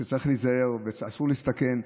ושצריך להיזהר ואסור להסתכן.